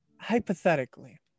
Hypothetically